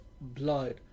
Blood